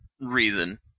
reason